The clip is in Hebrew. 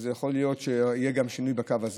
יכול להיות שיהיה שינוי גם בקו הזה.